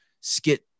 skit